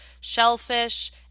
shellfish